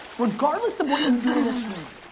regardless of what you do in this room,